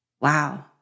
wow